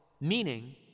meaning